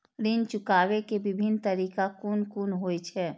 ऋण चुकाबे के विभिन्न तरीका कुन कुन होय छे?